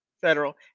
federal